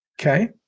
Okay